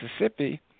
Mississippi